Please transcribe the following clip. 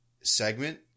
segment